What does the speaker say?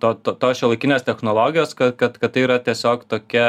to to tos šiuolaikinės technologijos kad kad tai yra tiesiog tokia